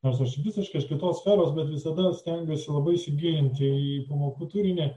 nors aš visiškai iš kitos sferos bet visada stengiuosi labai įsigilinti į pamokų turinį